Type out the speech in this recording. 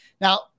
Now